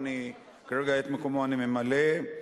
שכרגע את מקומו אני ממלא,